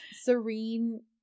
serene